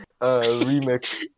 remix